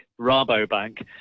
Rabobank